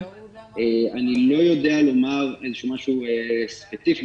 אני לא יודע לומר איזשהו משהו ספציפי,